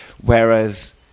Whereas